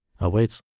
awaits